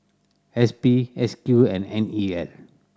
S P S Q and N E L